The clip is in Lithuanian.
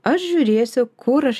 aš žiūrėsiu kur aš